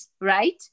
right